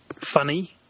funny –